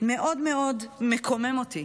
מאוד מאוד מקוממת אותי